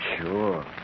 Sure